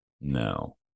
No